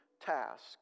task